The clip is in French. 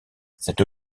cette